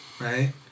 right